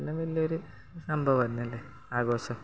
പിന്നെ വലിയൊരു സംഭവമല്ലേ ആഘോഷം